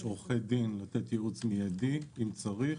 יש עורכי דין לתת ייעוץ מידי אם צריך,